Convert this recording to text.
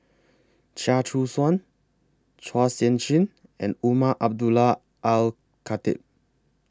Chia Choo Suan Chua Sian Chin and Umar Abdullah Al Khatib